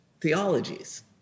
theologies